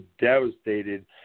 devastated